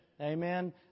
Amen